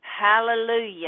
hallelujah